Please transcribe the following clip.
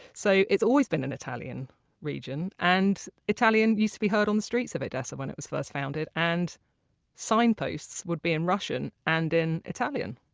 so it's always been an italian region. and italian used to be heard on the streets of odessa when it was first founded. and signposts would be in russian and in italian.